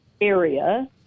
area